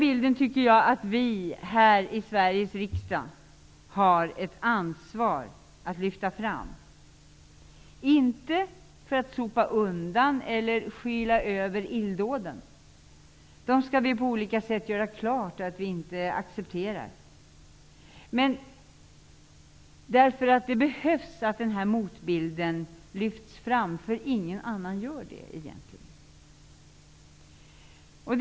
Jag tycker att vi här i Sveriges riksdag har ett ansvar för att lyfta fram den bilden. Det skall inte ske för att sopa undan eller skyla över illdåden. Vi skall på olika sätt göra klart att vi inte accepterar dem. Men det behövs att motbilden lyfts fram, eftersom det egentligen inte är någon annan som gör det.